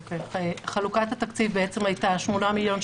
חלוקת התקציב הייתה 8 מיליון,